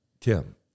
Tim